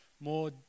more